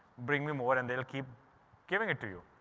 bring me more and they will keep giving it to you.